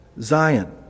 zion